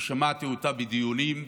ושמעתי אותה בדיונים,